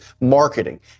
marketing